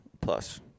Plus